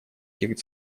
этих